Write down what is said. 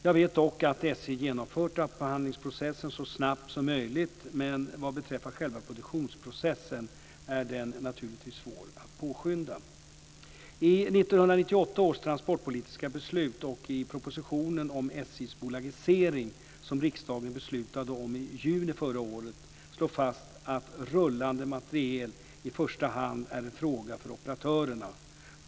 Jag vet dock att SJ genomfört upphandlingsprocessen så snabbt som möjligt, men vad beträffar själva konstruktionsprocessen är den naturligtvis svår att påskynda. I 1998 års transportpolitiska beslut och i propositionen om SJ:s bolagisering som riksdagen beslutade om i juni förra året slås fast att rullande materiel i första hand är en fråga för operatörerna.